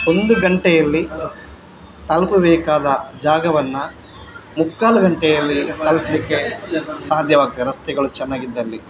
ಒಂದು ಗಂಟೆಯಲ್ಲಿ ತಲುಪಬೇಕಾದ ಜಾಗವನ್ನು ಮುಕ್ಕಾಲು ಗಂಟೆಯಲ್ಲಿ ತಲುಪಲಿಕ್ಕೆ ಸಾಧ್ಯವಾಗ್ತದೆ ರಸ್ತೆಗಳು ಚೆನ್ನಾಗಿದ್ದಲ್ಲಿ